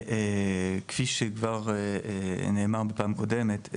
כפי שכבר נאמר בפעם הקודמת,